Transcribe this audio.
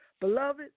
Beloved